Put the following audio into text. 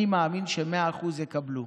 אני מאמין ש-100% יקבלו.